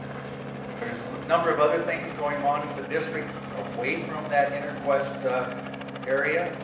there's a number of other things going on in the district away from that interquest area,